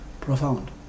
profound